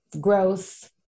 growth